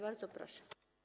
Bardzo proszę.